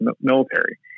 military